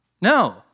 No